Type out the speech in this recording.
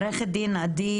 עורכת הדין עדי